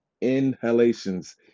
inhalations